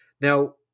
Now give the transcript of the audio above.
Now